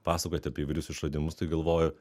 pasakojate apie įvairius išradimus tai galvoju